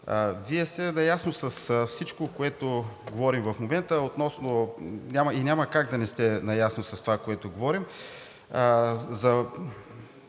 Вие сте наясно с всичко, което говорим в момента, и няма как да не сте наясно с това, което говорим за